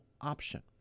option